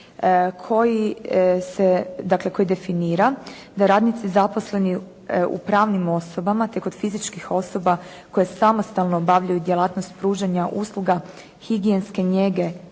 koji definira da radnici zaposleni u pravnim osobama te kod fizičkih koje samostalno obavljaju djelatnost pružanja usluga higijenske njege